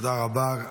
תודה רבה.